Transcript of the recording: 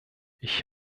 ich